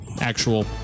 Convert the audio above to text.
actual